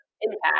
impact